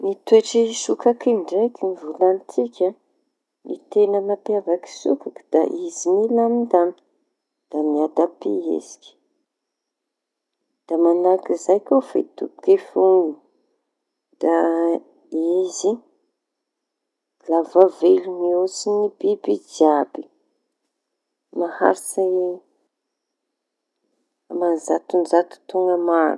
Ny toetry sokaky ndray volañintsikae! Ny tena mampiavaky sokaky da izy milamindamy, da miadam-pihetsiky. Da manahaky zay koa fidoboky fony, da izy lava velo mihôtsy biby jiaby. Maharitsy amanjato-njato taona maro.